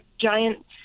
giant